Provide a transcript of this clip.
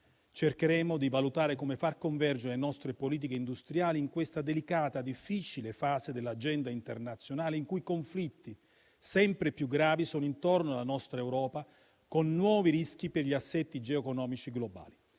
Cercheremo di valutare come far convergere le nostre politiche industriali in questa delicata e difficile fase dell'agenda internazionale, in cui conflitti sempre più gravi sono intorno alla nostra Europa, con nuovi rischi per gli assetti geoeconomici globali.